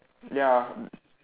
ya